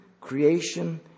creation